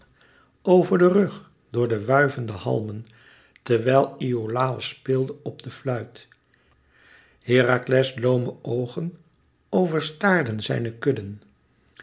over den rug door de wuivende halmen terwijl iolàos speelde op de fluit herakles loome oogen overstaarden zijne kudden